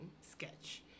sketch